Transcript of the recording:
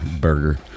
burger